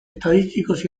estadísticos